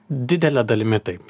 didele dalimi taip